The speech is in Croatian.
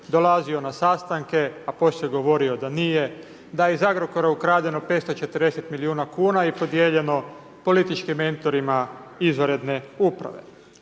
dolazio na sastanke a poslije govorio da nije, da je iz Agrokora ukradeno 540 milijuna kuna i podijeljeno političkim mentorima izvanredne uprave.